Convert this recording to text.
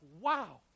wow